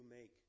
make